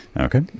Okay